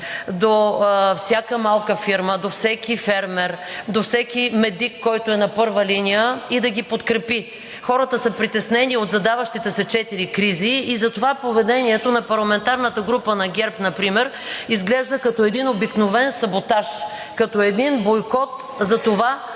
до всяка малка фирма, до всеки фермер, до всеки медик, който е на първа линия, и да ги подкрепи. Хората са притеснени от задаващите се четири кризи и затова поведението на парламентарната група на ГЕРБ например изглежда като един обикновен саботаж, като един бойкот за това